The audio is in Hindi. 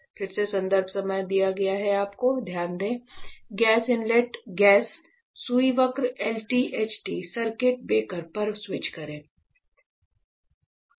सुई work LT HT circuit breaker पर स्विच करें